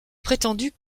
prétendu